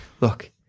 Look